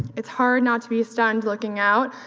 it's hard not to be stunned looking out.